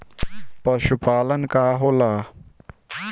पशुपलन का होला?